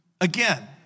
again